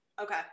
okay